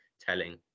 telling